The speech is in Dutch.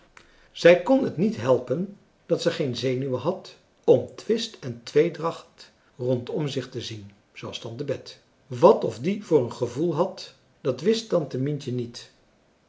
zij kon het niet helpen dat ze geen zenuwen had om twist en tweedracht rondom zich te zien zooals tante bet wat of die voor een gevoel had dat wist tante mientje niet